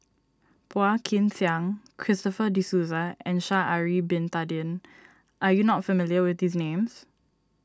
Phua Kin Siang Christopher De Souza and Sha'ari Bin Tadin are you not familiar with these names